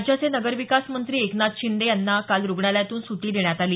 राज्याचे नगरविकास मंत्री एकनाथ शिंदे यांना काल रुग्णालयातून सुटी देण्यात आली